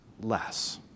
less